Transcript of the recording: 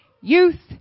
Youth